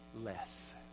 less